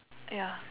ya